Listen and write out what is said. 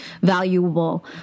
valuable